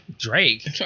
Drake